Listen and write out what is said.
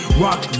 rock